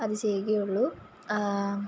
അത് ചെയ്യുകയുള്ളൂ